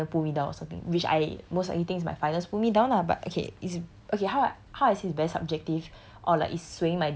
so I don't know is it my final pull me down or something which I most likely think it's my finals pull me down lah but okay is okay how I how I say is very subjective